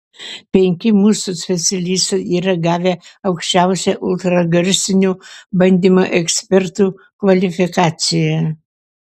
penki mūsų specialistai yra gavę aukščiausią ultragarsinių bandymų ekspertų kvalifikaciją